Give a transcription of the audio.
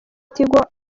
tigo